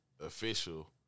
official